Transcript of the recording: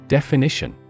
Definition